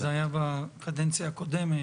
זה היה בקדנציה הקודמת.